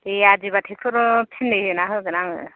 दे आदिबा ट्रेक्टर फिननै होना होगोन आङो